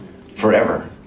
Forever